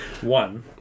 One